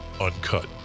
uncut